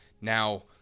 Now